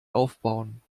aufbauen